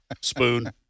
spoon